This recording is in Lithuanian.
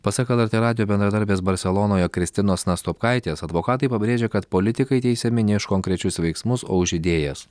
pasak lrt radijo bendradarbės barselonoje kristinos nastopkaitės advokatai pabrėžia kad politikai teisiami ne už konkrečius veiksmus o už idėjas